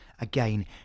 again